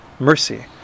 mercy